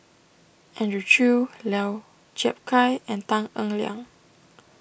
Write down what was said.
Andrew Chew Lau Chiap Khai and Tan Eng Liang